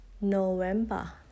November